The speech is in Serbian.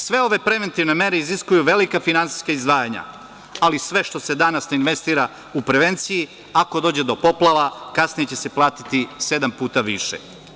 Sve ove preventivne mere iziskuju velika finansijska izdvajanja, ali sve što se danas ne investira u prevenciji, ako dođe do poplava kasnije će se platiti sedam puta više.